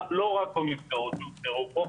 לא רק במסגרות שהוזכרו פה,